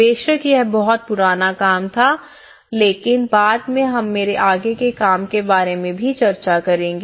बेशक यह बहुत पुराना काम था लेकिन बाद में हम मेरे आगे के काम के बारे में भी चर्चा करेंगे